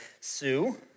Sue